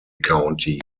county